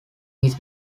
his